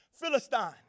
Philistine